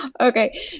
Okay